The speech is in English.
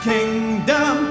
Kingdom